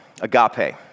agape